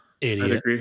Idiot